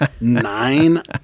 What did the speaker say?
nine